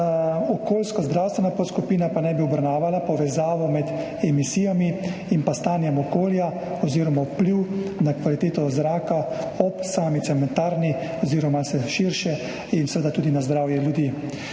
Okoljskozdravstvena podskupina pa naj bi obravnavala povezavo med emisijami in pa stanjem okolja oziroma vpliv na kvaliteto zraka ob sami cementarni oziroma širše in seveda tudi na zdravje ljudi.